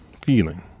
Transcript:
feeling